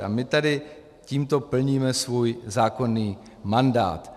A my tady tímto plníme svůj zákonný mandát.